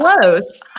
close